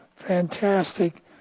fantastic